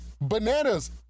Bananas